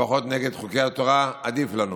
ופחות נגד חוקי התורה, עדיף לנו.